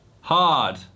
hard